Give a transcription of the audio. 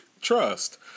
trust